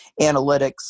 analytics